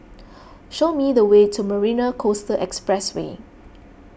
show me the way to Marina Coastal Expressway